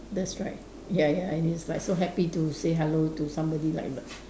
that's right ya ya and he's like so happy to say hello to somebody like that